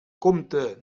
compte